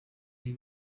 ibi